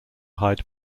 hyde